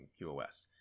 QoS